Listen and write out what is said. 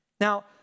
Now